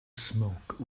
smoke